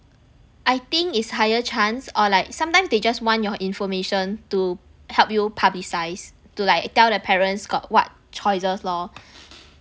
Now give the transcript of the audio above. I think is higher chance or like sometimes they just want your information to help you publicise to like tell the parents got what choices lor